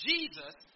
Jesus